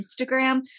Instagram